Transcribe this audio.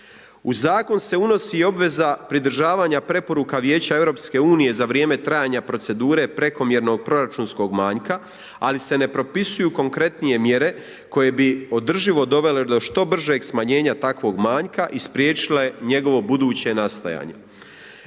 U zakon se unosi i obveza pridržavanja preporuka Vijeća Europske unije za vrijeme trajanja procedure prekomjernog proračunskog manjka, ali se ne propisuju konkretnije mjere koje bi održivo dovele do što bržeg smanjenja takvog manjka i spriječile njegovo buduće nastajanje.